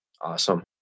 Awesome